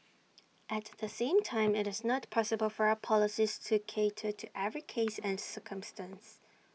at the same time IT is not possible for our policies to cater to every case and circumstance